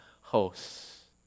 hosts